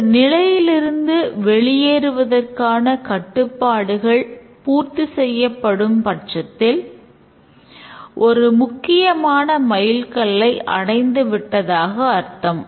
ஒரு நிலையிலிருந்து வெளியேறுவதற்கான கட்டுப்பாடுகள் பூர்த்திசெய்யம்படும் பட்சத்தில் ஒரு முக்கியமான மைல்கல்லை அடைந்து விட்டதாக அர்த்தம்